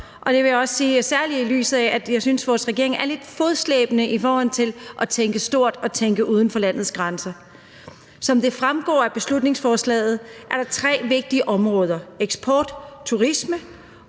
og det siger jeg også, særlig set i lyset af at jeg synes, at regeringen er lidt fodslæbende i forhold til at tænke stort og tænke uden for landets grænser. Som det fremgår af beslutningsforslaget, er der tre vigtige områder: eksport, turisme